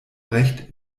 recht